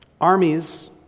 Armies